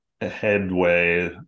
headway